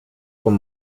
con